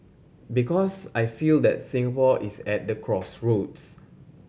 because I feel that Singapore is at the crossroads